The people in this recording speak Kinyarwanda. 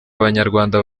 abanyarwanda